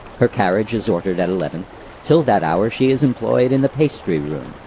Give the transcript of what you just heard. her carriage is ordered at eleven till that hour she is employed in the pastry room,